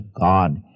God